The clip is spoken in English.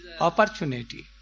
opportunity